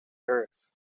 earth